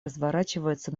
разворачивается